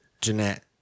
Jeanette